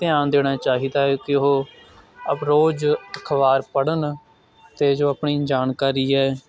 ਧਿਆਨ ਦੇਣਾ ਚਾਹੀਦਾ ਹੈ ਕਿ ਉਹ ਆਪ ਰੋਜ਼ ਅਖ਼ਬਾਰ ਪੜ੍ਹਨ ਅਤੇ ਜੋ ਆਪਣੀ ਜਾਣਕਾਰੀ ਹੈ